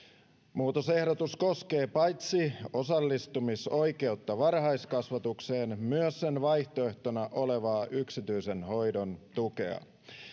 muutosehdotus koskee paitsi osallistumisoikeutta varhaiskasvatukseen myös sen vaihtoehtona olevaa yksityisen hoidon tukea